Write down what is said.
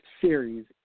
series